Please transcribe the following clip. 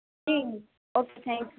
G okay thank you